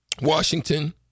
Washington